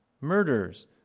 murders